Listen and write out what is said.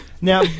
Now